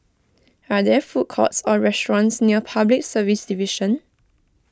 are there food courts or restaurants near Public Service Division